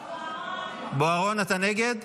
בוארון אתה נגד?